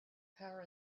power